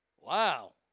Wow